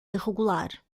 irregular